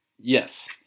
Yes